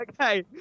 Okay